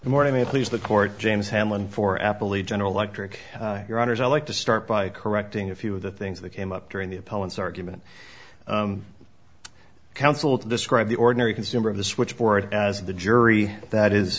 the morning and please the court james hamlin for apple the general electric your honors i'd like to start by correcting a few of the things that came up during the opponent's argument counsel describe the ordinary consumer of the switchboard as the jury that is